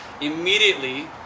immediately